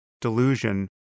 delusion